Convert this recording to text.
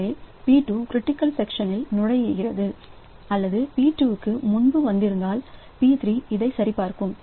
எனவே P2 critical செக்ஷனில் நுழைகிறது அல்லது P2 க்கு முன்பு வந்திருந்தால் P3 இதை சரி பார்க்கும்